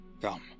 Come